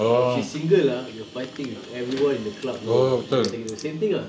if she's single lah you're fighting with everyone in the club bro dia kata gitu same thing ah